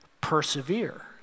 persevere